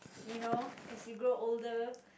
you know as you grow older